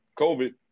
COVID